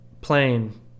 plane